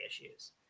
issues